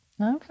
Okay